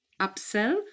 upsell